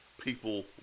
people